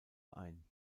ein